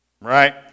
Right